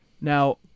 Now